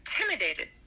intimidated